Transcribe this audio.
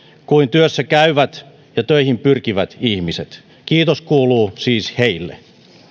kuin työssä käyvät ja töihin pyrkivät ihmiset kiitos kuuluu siis heille